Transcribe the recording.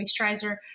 moisturizer